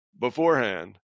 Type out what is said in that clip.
beforehand